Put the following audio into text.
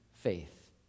faith